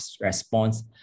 response